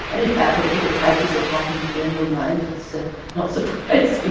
and in fact with all the tragedies that happened with the emerald mines, it's ah not surprising.